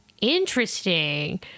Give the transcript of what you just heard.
Interesting